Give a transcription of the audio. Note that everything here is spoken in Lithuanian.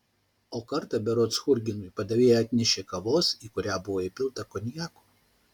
o kartą berods churginui padavėja atnešė kavos į kurią buvo įpilta konjako